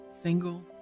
single